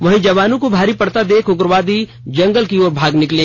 वहीं जवानों को भारी पड़ता देख उग्रवादी जंगल की ओर भाग निकले